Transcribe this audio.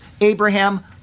Abraham